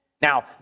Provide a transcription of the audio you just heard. Now